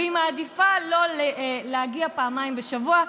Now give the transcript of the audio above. והיא מעדיפה לא להגיע פעמיים בשבוע,